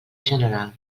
general